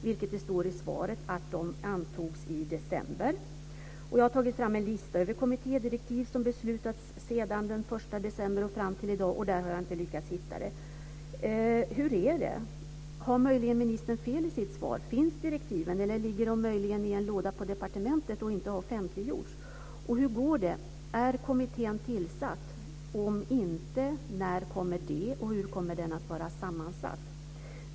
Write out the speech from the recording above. Det står i svaret att de antogs i december. Jag har tagit fram en lista över kommittédirektiv som har beslutats fr.o.m. den 1 december och fram till i dag, och jag har inte lyckats hitta dem där. Hur är det? Har möjligen ministern fel i sitt svar? Finns direktiven, eller ligger de möjligen i en låda på departementet utan att ha offentliggjorts? Och hur går det? Är kommittén tillsatt? Om inte, när kommer den och hur kommer den att vara sammansatt?